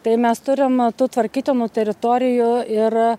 tai mes turim tų tvarkytinų teritorijų ir